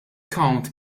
count